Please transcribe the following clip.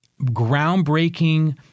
groundbreaking